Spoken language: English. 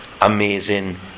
amazing